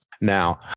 Now